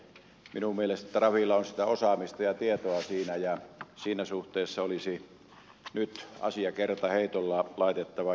minun mielestäni trafilla on sitä osaamista ja tietoa siinä ja siinä suhteessa olisi nyt asia kertaheitolla laitettava järjestykseen